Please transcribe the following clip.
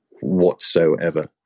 whatsoever